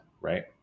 right